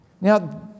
Now